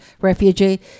refugee